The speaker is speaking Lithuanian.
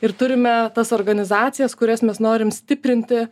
ir turime tas organizacijas kurias mes norim stiprinti